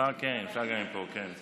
להעביר את